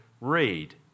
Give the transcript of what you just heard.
read